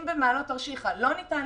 אם במעלות תרשיחא לא ניתן